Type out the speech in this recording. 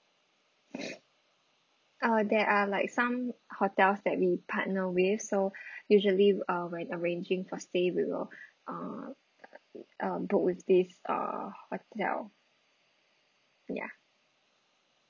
uh there are like some hotels that we partner with so usually uh when arranging for stay we will uh um book with this uh hotel ya